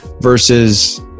versus